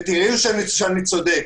ותראה שאני צודק.